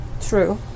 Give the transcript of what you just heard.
True